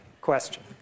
question